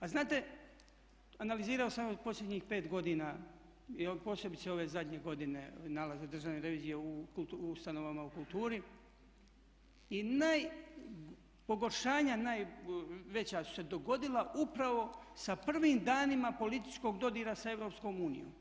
A znate analizirao sam evo posljednjih 5 godina posebice ove zadnje godine nalaze Državne revizije u ustanovama u kulturi i pogoršanja najveća su se dogodila upravo sa prvim danima političkog dodira sa EU.